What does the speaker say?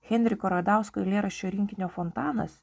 henriko radausko eilėraščių rinkinio fontanas